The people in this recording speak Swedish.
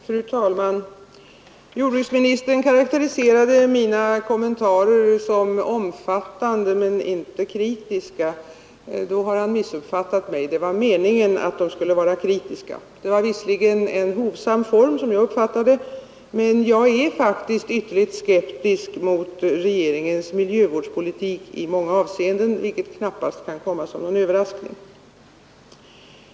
Fru talman! Jordbruksministern karakteriserade mina kommentarer som omfattande men inte kritiska. Då har han missuppfattat mig. Det var meningen att de skulle vara kritiska. Visserligen framför jag mina kommentarer i en hovsam form, som jag uppfattade det, men jag är ytterligt skeptisk mot regeringens miljövårdspolitik i många avseenden, vilket knappast kan komma som en överraskning.